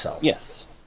Yes